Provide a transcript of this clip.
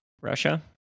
Russia